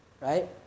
right